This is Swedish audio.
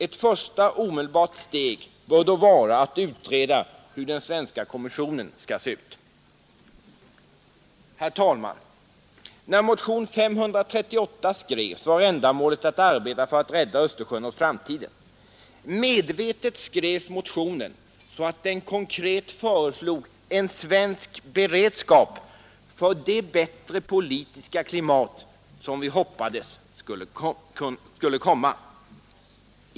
Ett första omedelbart steg bör då vara att utreda hur den svenska kommissionen bör se ut. Herr talman! När motionen 538 skrevs var ändamålet att arbeta för att rädda Östersjön åt framtiden. Medvetet skrevs motionen så att den konkret föreslog en svensk beredskap för det bättre politiska klimat som vi hoppades skulle komma.